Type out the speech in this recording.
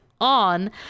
on